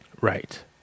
Right